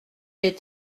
est